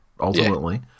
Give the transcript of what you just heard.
ultimately